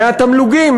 מהתמלוגים,